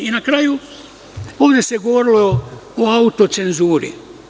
Na kraju, ovde se govorilo o autocenzuri.